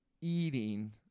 eating